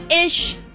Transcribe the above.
Ish